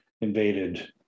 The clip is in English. invaded